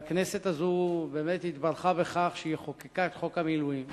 והכנסת הזאת באמת נתברכה בכך שהיא חוקקה את חוק המילואים